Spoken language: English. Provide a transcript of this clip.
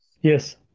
Yes